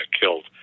killed